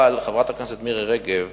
אבל חברת הכנסת מירי רגב